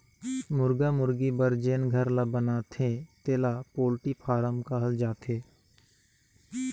मुरगा मुरगी बर जेन घर ल बनाथे तेला पोल्टी फारम कहल जाथे